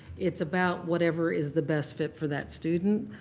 it's about whatever is the best fit for that student,